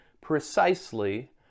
precisely